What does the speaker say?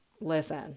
listen